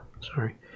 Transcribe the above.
sorry